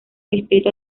distrito